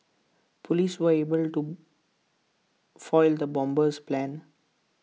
Police were able to foil the bomber's plans